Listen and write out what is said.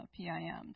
PIMs